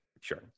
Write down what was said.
sure